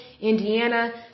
Indiana